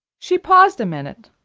she paused a minute,